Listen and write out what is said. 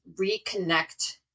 reconnect